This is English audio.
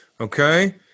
Okay